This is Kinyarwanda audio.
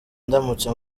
ndamutse